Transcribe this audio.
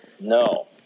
no